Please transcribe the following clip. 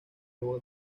agua